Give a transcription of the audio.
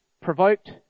provoked